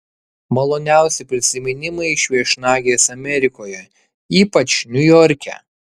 maloniausi prisiminimai iš viešnagės amerikoje ypač niujorke